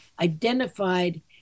identified